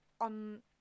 on